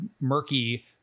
murky